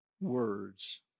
words